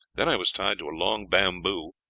then i was tied to a long bamboo,